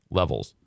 levels